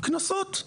קנסות.